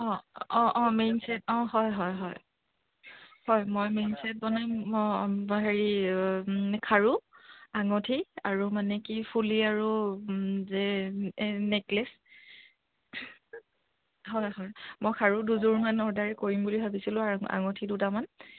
অঁ অঁ অঁ মেইন ছেট অঁ হয় হয় হয় হয় মই মেইন ছেট বনাম মই হেৰি খাৰু আঙুঠি আৰু মানে কি ফুলি আৰু যে নে নেকলেছ হয় হয় মই খাৰু দুযোৰমান অৰ্ডাৰ কৰিম বুলি ভাবিছিলোঁ আৰু আঙুঠি দুটামান